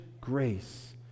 grace